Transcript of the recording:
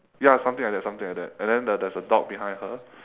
ya something like that something like that and then there there's a dog behind her